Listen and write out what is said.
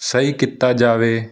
ਸਹੀ ਕੀਤਾ ਜਾਵੇ